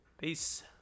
Peace